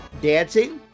dancing